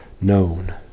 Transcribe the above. known